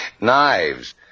Knives